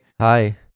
hi